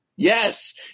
Yes